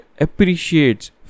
appreciates